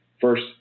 First